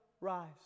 rise